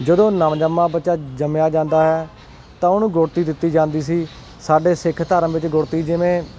ਜਦੋਂ ਨਵਜੰਮਾ ਬੱਚਾ ਜੰਮਿਆ ਜਾਂਦਾ ਹੈ ਤਾਂ ਉਹਨੂੰ ਗੁੜ੍ਹਤੀ ਦਿੱਤੀ ਜਾਂਦੀ ਸੀ ਸਾਡੇ ਸਿੱਖ ਧਰਮ ਵਿੱਚ ਗੁੜ੍ਹਤੀ ਜਿਵੇਂ